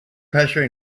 pressure